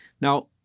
Now